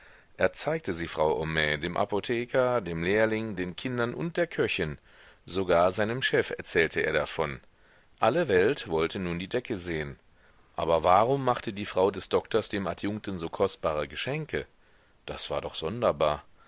er zeigte sie frau homais dem apotheker dem lehrling den kindern und der köchin sogar seinem chef erzählte er davon alle welt wollte nun die decke sehen aber warum machte die frau des doktors dem adjunkten so kostbare geschenke das war doch sonderbar